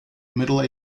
middle